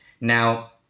Now